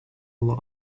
lot